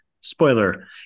spoiler